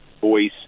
voice